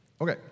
Okay